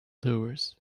doers